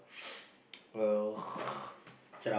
ugh